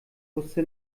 wusste